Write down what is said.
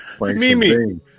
Mimi